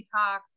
detox